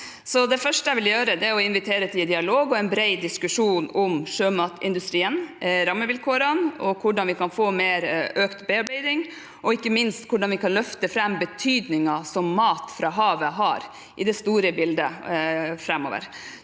det første jeg vil gjøre å invitere til dialog og en bred diskusjon om sjømatindustrien, rammevilkårene, hvordan vi kan få økt bearbeiding, og ikke minst hvordan vi kan løfte fram betydningen mat fra havet har i det store bildet framover.